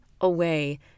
away